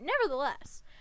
nevertheless